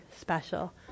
special